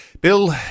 Bill